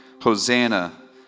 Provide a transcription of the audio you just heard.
Hosanna